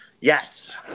Yes